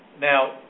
Now